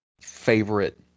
favorite